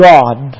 God